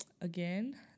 again